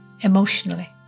emotionally